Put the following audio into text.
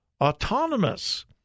autonomous